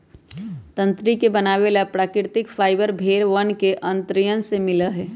तंत्री के बनावे वाला प्राकृतिक फाइबर भेड़ वन के अंतड़ियन से मिला हई